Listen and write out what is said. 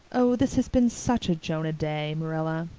oh, this has been such a jonah day, marilla.